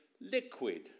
liquid